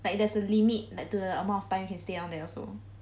like there's a limit to the amount of time you can stay down there also